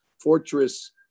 fortress